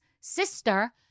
sister